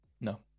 No